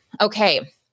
okay